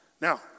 now